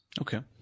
Okay